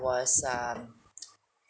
was um